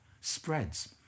spreads